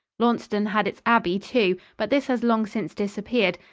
launceston had its abbey, too, but this has long since disappeared,